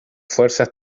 fuerzas